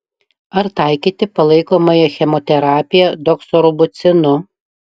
ar taikyti palaikomąją chemoterapiją doksorubicinu